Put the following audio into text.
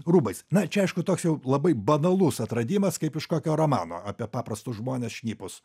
rūbais na čia aišku toks jau labai banalus atradimas kaip iš kokio romano apie paprastus žmones šnipus